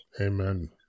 Amen